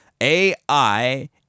AI